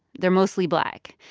they're mostly black.